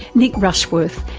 nick rushworth,